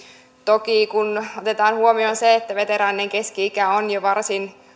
toki kun otetaan huomioon se että veteraanien keski ikä on jo varsin